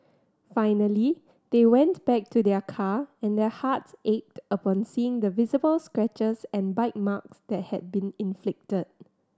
finally they went back to their car and their hearts ached upon seeing the visible scratches and bite marks that had been inflicted